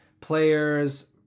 players